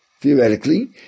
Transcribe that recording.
Theoretically